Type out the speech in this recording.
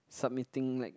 submitting like